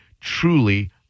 truly